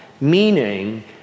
meaning